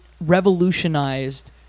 revolutionized